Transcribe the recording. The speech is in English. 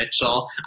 Mitchell